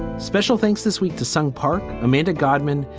special thanks. this week to son park. amanda godman,